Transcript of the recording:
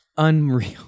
Unreal